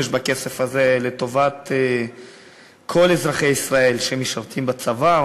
בכסף הזה לטובת כל אזרחי ישראל שמשרתים בצבא,